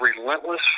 relentless